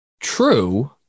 true